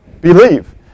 Believe